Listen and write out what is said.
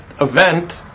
event